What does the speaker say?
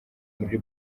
muri